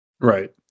Right